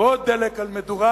ועוד דלק על מדורה